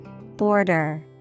Border